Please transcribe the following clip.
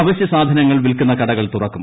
അവശ്യ സാധനങ്ങൾ വിൽക്കുന്ന കടകൾ തുറക്കും